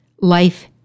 Life